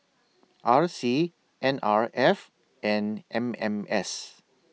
R C N R F and M M S